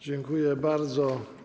Dziękuję bardzo.